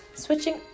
switching